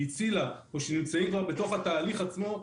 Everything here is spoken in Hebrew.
הצילה או שהם כבר נמצאים בתוך התהליך עצמו,